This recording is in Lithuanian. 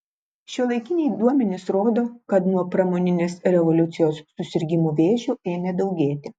šiuolaikiniai duomenys rodo kad nuo pramoninės revoliucijos susirgimų vėžiu ėmė daugėti